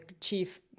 chief